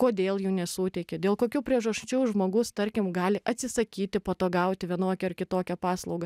kodėl jų nesuteikia dėl kokių priežasčių žmogus tarkim gali atsisakyti po to gauti vienokią ar kitokią paslaugą